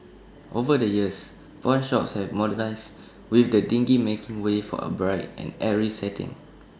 over the years pawnshops have modernised with the dingy making way for A bright and airy setting